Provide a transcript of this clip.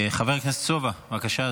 חבר הכנסת סובה, בבקשה.